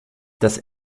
das